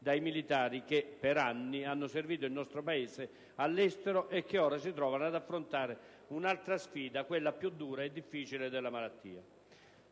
dai militari che per anni hanno servito il nostro Paese all'estero e che ora si trovano ad affrontare un'altra sfida, quella più dura e difficile della malattia.